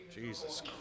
Jesus